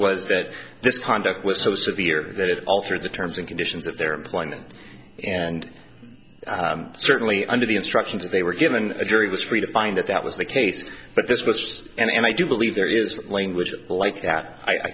was that this conduct was so severe that it altered the terms and conditions of their employment and certainly under the instructions they were given a jury was free to find that that was the case but this was and i do believe there is language like that i